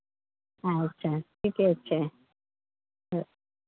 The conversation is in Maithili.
हँ एतय ठीके छै